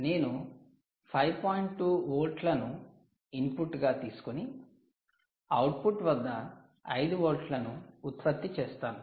2 వోల్ట్లను ఇన్పుట్గా తీసుకొని అవుట్పుట్ వద్ద 5 వోల్ట్లను ఉత్పత్తి చేస్తాను